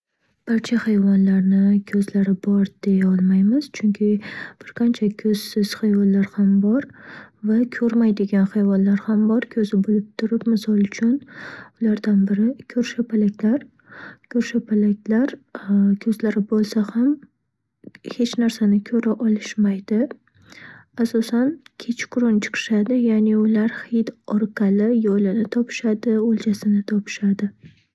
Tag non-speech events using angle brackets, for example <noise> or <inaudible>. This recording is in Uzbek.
Barcha hayvonlarni ko'zlari bor deyolmaymiz, chunki qancha ko'zsiz hayvonlar ham bor va ko'rmaydigan hayvonlar ham bor ko'zi bo'lib turib. Misol uchun, ulardan biri ko'rshapalaklar. Ko'rshapalaklar <hesitation> ko'zlari bo'lsa ham hech narsani ko'ra olishmaydi. Asosan, kechqurun chiqishadi ya'ni ular hid orqali yo'lini topishadi, o'ljasini topishadi.